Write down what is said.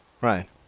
right